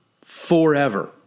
forever